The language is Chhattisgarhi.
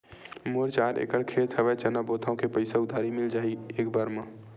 मोर चार एकड़ खेत हवे चना बोथव के पईसा उधारी मिल जाही एक बार मा?